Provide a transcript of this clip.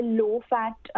low-fat